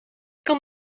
kan